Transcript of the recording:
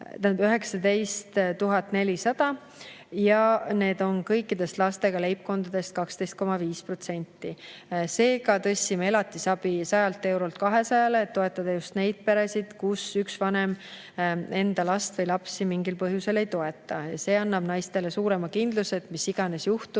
19 400 ja need on kõikidest lastega leibkondadest 12,5%. Seega tõstsime elatisabi 100 eurolt 200-le, et toetada just neid peresid, kus üks vanem enda last või lapsi mingil põhjusel ei toeta. See annab naistele suurema kindluse, et mis iganes juhtub,